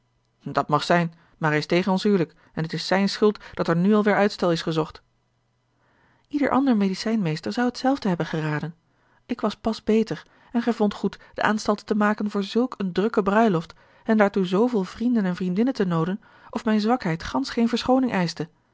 dat mag zijn maar hij is tegen ons hijlik en t is zijne schuld dat er nu al weêr uitstel is gezocht ieder ander medicijnmeester zou hetzelfde hebben geraden ik was pas beter en gij vondt goed de aanstalten te maken voor zulk een drukke bruiloft en daartoe zooveel vrienden en vriendinnen te nooden oft mijne zwakheid gansch geene verschooning eischte